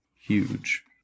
huge